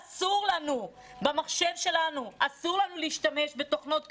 שאסור לנו להשתמש במחשב שלנו בתוכנות כאלה,